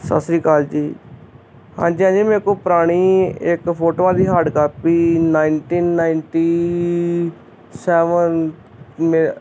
ਸਤਿ ਸ਼੍ਰੀ ਅਕਾਲ ਜੀ ਹਾਂਜੀ ਹਾਂਜੀ ਮੇਰੇ ਕੋਲ ਪੁਰਾਣੀ ਇੱਕ ਫੋਟੋਆਂ ਦੀ hard copy nineteen ninety seven ਮੇ